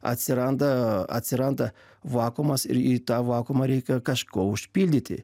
atsiranda atsiranda vakuumas ir į tą vakuumą reikia kažkuo užpildyti